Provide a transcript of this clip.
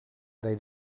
they